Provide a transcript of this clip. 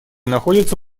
находятся